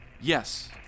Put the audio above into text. Yes